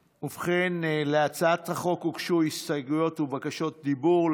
ובכן, להצעת החוק הוגשו הסתייגויות ובקשות דיבור.